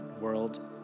world